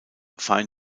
fein